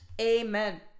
amen